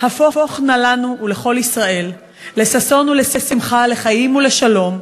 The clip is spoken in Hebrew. "הפוך נא לנו ולכל ישראל לששון ולשמחה לחיים ולשלום.